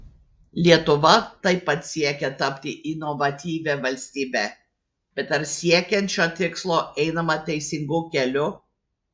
lietuva taip pat siekia tapti inovatyvia valstybe bet ar siekiant šio tikslo einama teisingu keliu